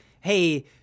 hey